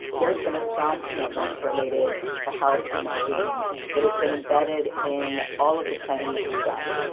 there's been a strong commitment related to health and well being that has been embedded in all of the planning that we've done.